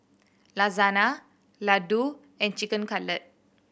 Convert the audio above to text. Lasagne Ladoo and Chicken Cutlet